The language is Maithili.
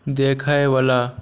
देखैवला